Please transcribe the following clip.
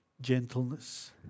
gentleness